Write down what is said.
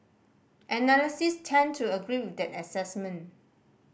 analysts tend to agree with that assessment